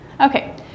Okay